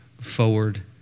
forward